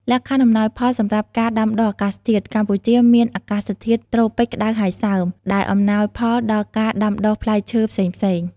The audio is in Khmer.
លក្ខខណ្ឌអំណោយផលសម្រាប់ការដាំដុះអាកាសធាតុ កម្ពុជាមានអាកាសធាតុត្រូពិចក្តៅហើយសើម ដែលអំណោយផលដល់ការដាំដុះផ្លែឈើផ្សេងៗ។